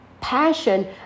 passion